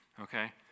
okay